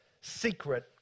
secret